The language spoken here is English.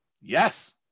yes